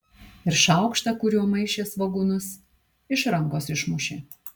ir šaukštą kuriuo maišė svogūnus iš rankos išmušė